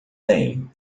bem